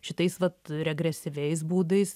šitais vat regresyviais būdais